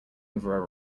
over